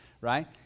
right